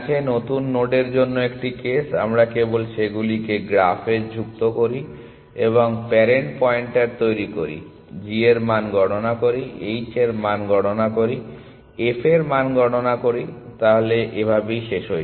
নতুন নোডের জন্য একটি কেস আমরা কেবল সেগুলিকে গ্রাফে যুক্ত করি এবং প্যারেন্ট পয়েন্টার তৈরি করি g এর মান গণনা করি h এর মান গণনা করি f এর মান গণনা করি তাহলে এভাবেই শেষ হবে